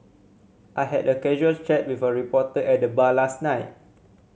I had a casual chat with a reporter at the bar last night